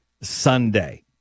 Sunday